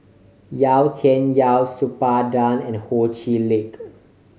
Yau Tian Yau Suppiah Dan and Ho Chee Lick